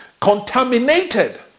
contaminated